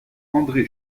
andré